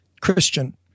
Christian